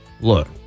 look